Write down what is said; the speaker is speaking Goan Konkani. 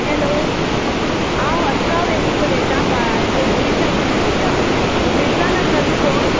हॅलो हांव अल्का वेळीप उलयतां बा बेंनूडें साकून उलयतां बेतलां लागलां न्हय फोन